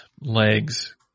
legs